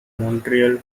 montreal